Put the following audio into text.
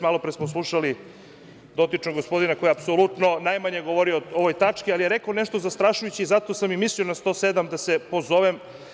Malo pre smo slušali dotičnog gospodina koji je apsolutno najmanje govorio o ovoj tački, ali je rekao nešto zastrašujuće i zato sam i mislio na član 107. da se pozovem.